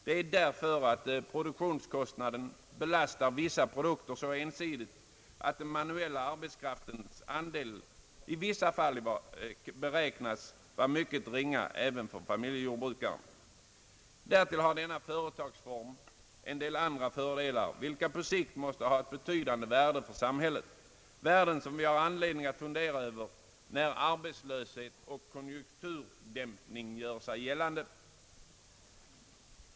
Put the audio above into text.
Det är därför att produktionskostnaden belastar vissa produkter så ensidigt att den manuella arbetskraftens andel i vissa fall kan beräknas vara mycket ringa även för familjejordbrukaren. Därtill har denna företagsform en del andra fördelar, vilka på sikt måste ha ett betydande värde för samhället — värden som vi har anledning att fundera över när arbetslöshet och konjunkturdämpning gör sig gällande.